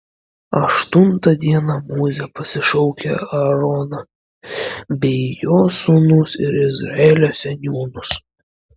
aštuntą dieną mozė pasišaukė aaroną bei jo sūnus ir izraelio seniūnus